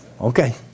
Okay